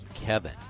Kevin